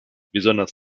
besonders